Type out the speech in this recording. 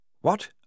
What